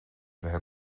bheith